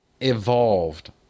evolved